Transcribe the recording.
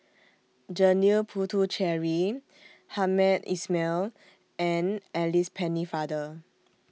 Janil Puthucheary Hamed Ismail and Alice Pennefather